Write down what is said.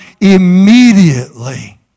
immediately